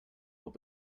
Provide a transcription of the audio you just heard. what